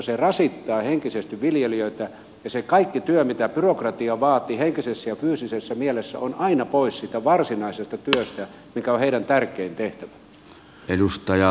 se rasittaa henkisesti viljelijöitä ja se kaikki työ mitä byrokratia vaatii henkisessä ja fyysisessä mielessä on aina pois siitä varsinaisesta työstä mikä on heidän tärkein tehtävänsä